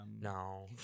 No